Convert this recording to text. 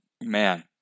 man